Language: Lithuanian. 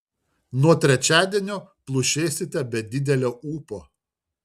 nuo trečiadienio plušėsite be didelio ūpo